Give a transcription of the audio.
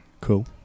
Cool